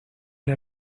der